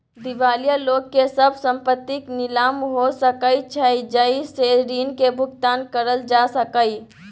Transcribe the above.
दिवालिया लोक के सब संपइत नीलाम हो सकइ छइ जइ से ऋण के भुगतान करल जा सकइ